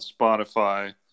spotify